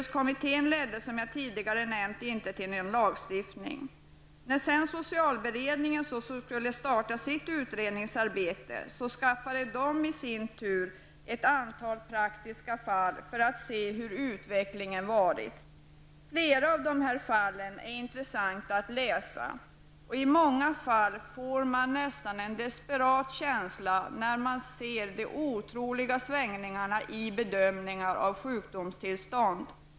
Som jag tidigare nämnde ledde inte När socialberedningen startade sitt utredningsarbete studerade man ett antal praktiska fall för att se hur utvecklingen hade varit. Flera av dessa fall är intressanta och i många av dem får man nästan en desperat känsla när man ser de otroliga svängningarna i bedömningarna av sjukdomstillstånd.